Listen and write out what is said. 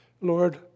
Lord